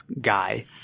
guy